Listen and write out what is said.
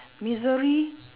misery